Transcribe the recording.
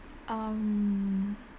um